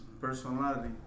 personality